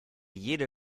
jede